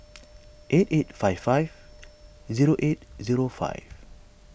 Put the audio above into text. eight eight five five zero eight zero five